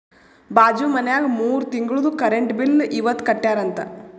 ಬಾಜು ಮನ್ಯಾಗ ಮೂರ ತಿಂಗುಳ್ದು ಕರೆಂಟ್ ಬಿಲ್ ಇವತ್ ಕಟ್ಯಾರ ಅಂತ್